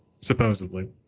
supposedly